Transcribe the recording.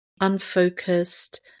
unfocused